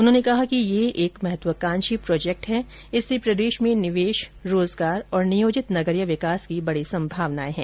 उन्होंने कहा कि यह एक महत्वाकांक्षी प्रोजेक्ट है इससे प्रदेश में निवेश रोजगाार और नियोजित नगरीय विकास की बड़ी संभावनाएं हैं